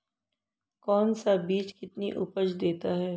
कौन सा बीज कितनी उपज देता है?